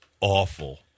awful